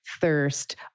thirst